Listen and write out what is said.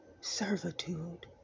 servitude